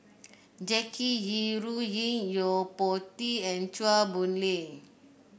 Jackie Yi Ru Ying Yo Po Tee and Chua Boon Lay